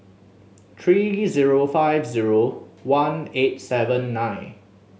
three zero five zero one eight seven nine